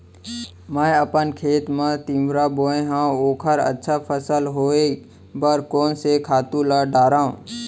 मैं अपन खेत मा तिंवरा बोये हव ओखर अच्छा फसल होये बर कोन से खातू ला डारव?